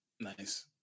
Nice